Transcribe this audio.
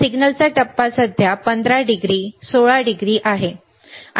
सिग्नलचा टप्पा सध्या 15 डिग्री 16 डिग्री आहे